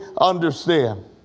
understand